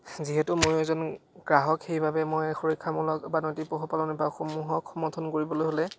যিহেতু ময়ো এজন গ্ৰাহক সেইবাবে মই সুৰক্ষামূলক বা নৈতিক পশুপালন বিভাগ সমূহক সমৰ্থন কৰিবলৈ হ'লে